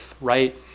right